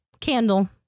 Candle